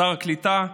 שר הקליטה,